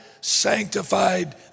sanctified